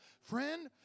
Friend